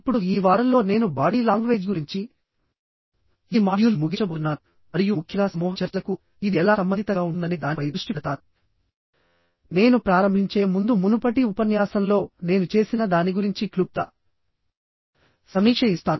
ఇప్పుడుఈ వారంలో నేను బాడీ లాంగ్వేజ్ గురించి ఈ మాడ్యూల్ను ముగించబోతున్నాను మరియు ముఖ్యంగా సమూహ చర్చలకు ఇది ఎలా సంబంధితంగా ఉంటుందనే దానిపై దృష్టి పెడతాను నేను ప్రారంభించే ముందు మునుపటి ఉపన్యాసంలో నేను చేసిన దాని గురించి క్లుప్త సమీక్ష ఇస్తాను